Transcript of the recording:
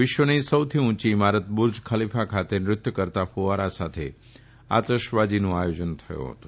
વિશ્વની સૌથી ઉંચી ઇમારત બુર્જ ખલીફા ખાતે નૃત્ય કરતાં કુવારા સાથે આતશબાજીનું આયોજન થયું હતું